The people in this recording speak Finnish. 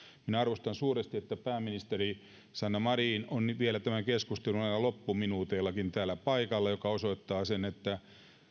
minä arvostan suuresti että pääministeri sanna marin on vielä tämän keskustelun aivan loppuminuuteillakin täällä paikalla mikä osoittaa sen että